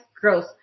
gross